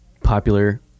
popular